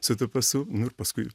su pasu nu ir paskui